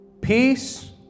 Peace